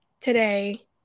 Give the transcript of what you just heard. today